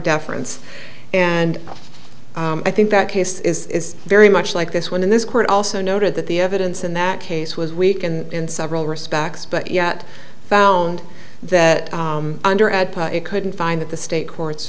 deference and i think that case is very much like this one in this court also noted that the evidence in that case was weak and in several respects but yet found that under add it couldn't find that the state court